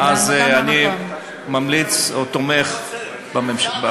אז אני ממליץ או תומך בחוק.